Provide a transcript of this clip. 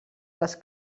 les